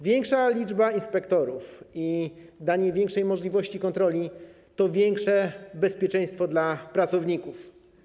Większa liczba inspektorów i danie większej możliwości kontroli to większe bezpieczeństwo dla pracowników.